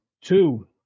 Two